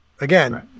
Again